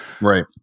Right